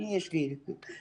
יש לי בעיות